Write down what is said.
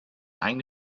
eigene